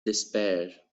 despair